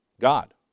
God